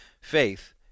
faith